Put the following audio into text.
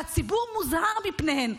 והציבור מוזהר מפניהן.